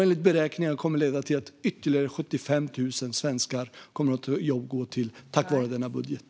Enligt beräkningar kommer ytterligare 75 000 svenskar att ha ett jobb att gå till tack vare denna budget.